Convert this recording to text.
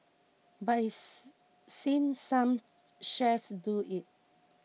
but he's seen some chefs do it